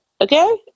Okay